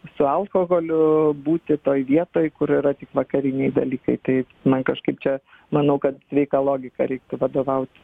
su alkoholiu būti toj vietoj kur yra tik vakariniai dalykai tai man kažkaip čia manau kad sveika logika reiktų vadovautis